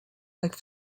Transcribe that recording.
like